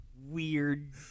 weird